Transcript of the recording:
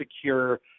secure